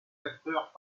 acteurs